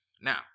Now